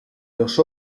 los